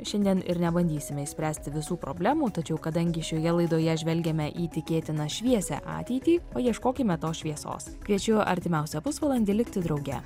šiandien ir nebandysime išspręsti visų problemų tačiau kadangi šioje laidoje žvelgiame į tikėtiną šviesią ateitį paieškokime tos šviesos kviečiu artimiausią pusvalandį likti drauge